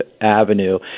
Avenue